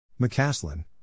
McCaslin